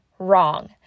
wrong